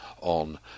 on